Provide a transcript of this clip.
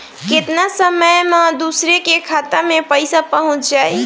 केतना समय मं दूसरे के खाता मे पईसा पहुंच जाई?